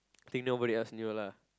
I think nobody else knew lah